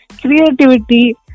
creativity